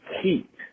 heat